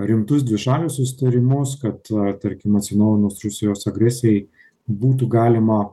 rimtus dvišalius susitarimus kad tarkim atsinaujinus rusijos agresijai būtų galima